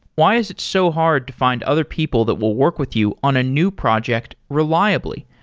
why is it so hard to find other people that will work with you on a new project reliably?